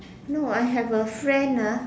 no I have a friend ah